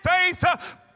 faith